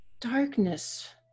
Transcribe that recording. darkness